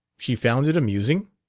she found it amusing?